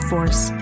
Force